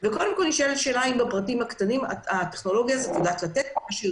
השאלה היא אם בפרטים הקטנים הטכנולוגיה של השב"כ